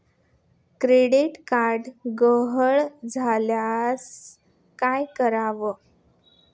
Credit card गहाळ झाल्यास काय करावे?